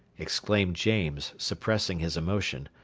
exclaimed james, suppressing his emotion.